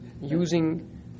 Using